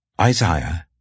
Isaiah